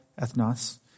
ethnos